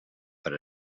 per